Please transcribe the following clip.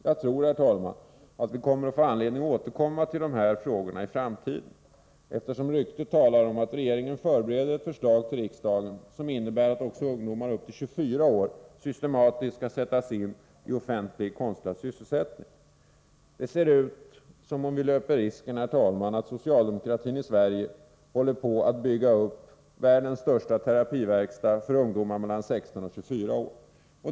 Jag tror, herr talman, att vi kommer att få anledning att återkomma till de här frågorna i framtiden, eftersom ryktet talar om att regeringen förbereder ett förslag till riksdagen, vilket innebär att också ungdomar i åldern ända upp till 24 år systematiskt skall sättas in i offentiig konstlad sysselsättning. Det ser ut, herr talman, som om vi löper risken att socialdemokratin i Sverige håller på att bygga upp världens största terapiverkstad för ungdomar mellan 16 och 24 år.